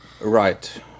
Right